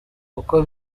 uko